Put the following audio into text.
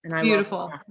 Beautiful